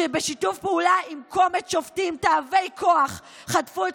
שבשיתוף פעולה עם קומץ שופטים תאבי כוח חטפו את